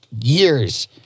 years